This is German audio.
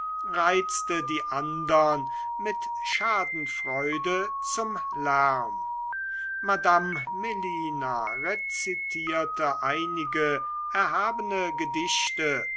reizte die andern mit schadenfreude zum lärm madame melina rezitierte einige erhabene gedichte